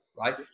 right